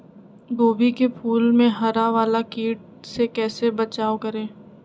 गोभी के फूल मे हरा वाला कीट से कैसे बचाब करें?